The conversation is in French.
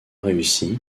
réussi